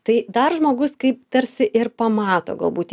tai dar žmogus kaip tarsi ir pamato galbūt